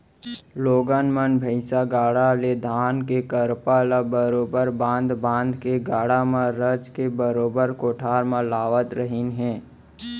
लोगन मन भईसा गाड़ा ले धान के करपा ल बरोबर बांध बांध के गाड़ा म रचके बरोबर कोठार म लावत रहिन हें